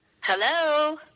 Hello